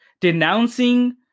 denouncing